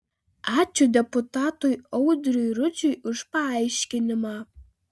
ačiū deputatui audriui rudžiui už paaiškinimą